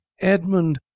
Edmund